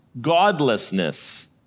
godlessness